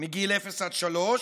מגיל אפס עד שלוש,